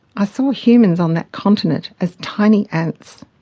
i saw humans on that continent as tiny ants.